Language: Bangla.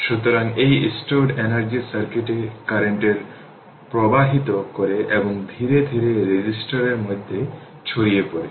সুতরাং এই স্টোরড এনার্জি সার্কিটে কারেন্ট প্রবাহিত করে এবং ধীরে ধীরে রেজিস্টর এর মধ্যে ছড়িয়ে পড়ে